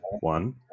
one